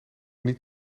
niet